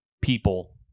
people